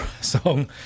song